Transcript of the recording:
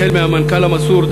החל מהמנכ"ל המסור,